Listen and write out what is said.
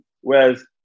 Whereas